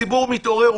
הציבור מתעורר.